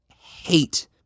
hate